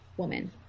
woman